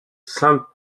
sainte